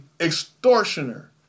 extortioner